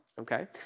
okay